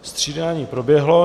Střídání proběhlo.